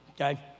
Okay